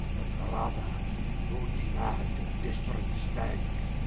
but rather moodie mad and desperate stagges,